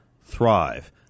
thrive